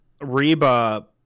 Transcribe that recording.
Reba